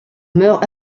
meurt